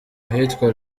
ahitwa